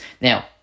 now